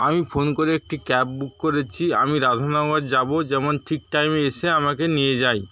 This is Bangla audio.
আমি ফোন করে একটি ক্যাব বুক করেছি আমি রাধানগর যাব যেন ঠিক টাইমে এসে আমাকে নিয়ে যায়